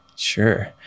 Sure